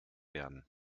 werden